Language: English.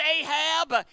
Ahab